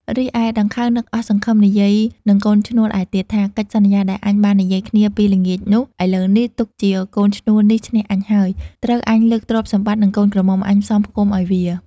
រីឯដង្ខៅ នឹកអស់សង្ឃឹម និយាយនឹងកូនឈ្នួលឯទៀតថា កិច្ចសន្យាដែលអញបាននិយាយគ្នាពីល្ងាចនោះ ឥឡូវនេះ ទុកជាកូនឈ្នួលនេះឈ្នះអញហើយ ត្រូវអញលើកទ្រព្យសម្បត្តិ និងកូនក្រមុំអញផ្សំផ្គុំឲ្យវា។